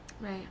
Right